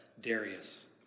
Darius